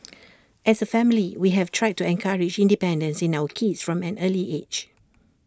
as A family we have tried to encourage independence in our kids from an early age